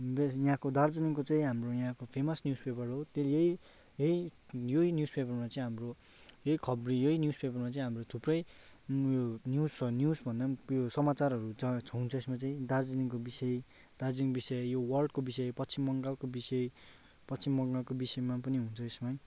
यहाँको दार्जिलिङको चाहिँ हाम्रो यहाँको फेमस न्युस पेपर हो त्यो यही यही यही न्युज पेपरमा चाहिँ हाम्रो यही खबरी यही न्युज पेपरमा चाहिँ हाम्रो थुप्रै उयो न्युज न्युज भन्दा पनि उयो समाचारहरू हुन्छ छ हुन्छ यस्मा चाहिँ दार्जिलिङको विषय दार्जिलिङ विषय यो वर्ल्डको विषय पश्चिम बङ्गालको विषय पश्चिम बङ्गालको विषयमा पनि हुन्छ यसमा